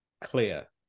clear